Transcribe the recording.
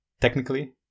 technically